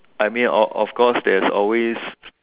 I mean of of course there's always